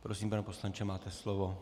Prosím, pane poslanče, máte slovo.